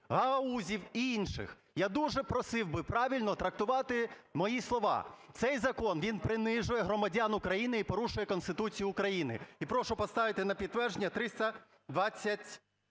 гагаузів і інших. Я дуже просив би правильно трактувати мої слова. Цей закон він принижує громадян України і порушує Конституцію України. І прошу поставити на підтвердження 328